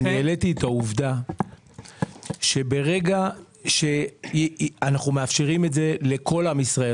אני העליתי את העובדה שברגע שאנחנו מאפשרים את זה לכל עם ישראל,